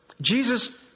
Jesus